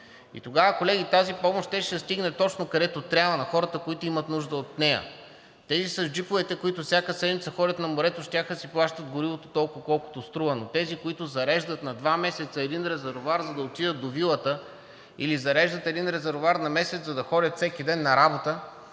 тогава, колеги, тази помощ щеше да стигне точно където трябва, на хората, които имат нужда от нея. Тези с джиповете, които всяка седмица ходят на морето, щяха да си плащат горивото толкова, колкото струва, но тези, които зареждат на два месеца един резервоар, за да отидат до вилата, или зареждат един резервоар на месец, за да ходят всеки ден на работа,